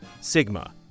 Sigma